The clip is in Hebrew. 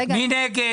מי נגד?